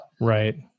Right